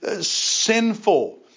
sinful